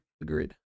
Agreed